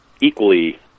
equally